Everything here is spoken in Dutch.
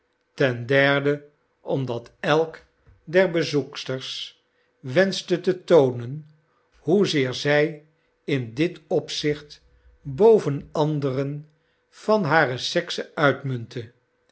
ten derde omdat elk der bezoeksters wenschte te toonen hoezeer zij in dit opzicht boven anderen van hare sekse uitmuntte